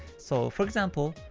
so for example,